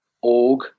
org